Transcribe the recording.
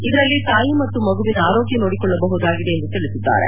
ಇದರಲ್ಲಿ ತಾಯಿ ಮತ್ತು ಮಗುವಿನ ಆರೋಗ್ಯ ನೋಡಿಕೊಳ್ಳಬಹುದಾಗಿದೆ ಎಂದು ತಿಳಿಸಿದ್ದಾರೆ